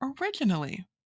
originally